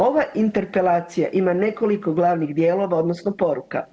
Ova interpelacija ima nekoliko glavnih dijelova, odnosno poruka.